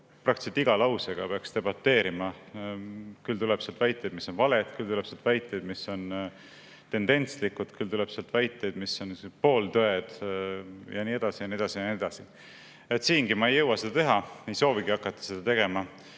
praktiliselt iga lausega peaks debateerima. Küll tuleb sealt väiteid, mis on valed, küll tuleb sealt väiteid, mis on tendentslikud, küll tuleb sealt väiteid, mis on pooltõed, ja nii edasi ja nii edasi ja nii edasi. Siingi ei jõua ma seda teha ja ei soovigi hakata seda tegema.